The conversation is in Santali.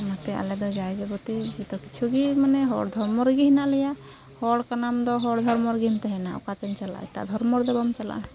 ᱚᱱᱟᱛᱮ ᱟᱞᱮᱫᱚ ᱡᱟᱭᱡᱟᱵᱚᱛᱤ ᱡᱚᱛᱚ ᱠᱤᱪᱷᱩᱜᱮ ᱢᱟᱱᱮ ᱦᱚᱲ ᱫᱷᱚᱨᱢᱚ ᱨᱮᱜᱮ ᱦᱮᱱᱟᱜᱞᱮᱭᱟ ᱦᱚᱲᱠᱟᱱᱟᱢᱫᱚ ᱦᱚᱲ ᱫᱷᱚᱨᱢᱚ ᱨᱮᱜᱮᱢ ᱛᱮᱦᱮᱱᱟ ᱚᱠᱟᱛᱮᱢ ᱪᱟᱞᱟᱜᱼᱟ ᱮᱴᱟᱜ ᱫᱷᱚᱨᱢᱚᱨᱮᱫᱚ ᱵᱟᱢ ᱪᱟᱞᱟᱜᱼᱟ